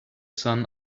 sun